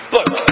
Look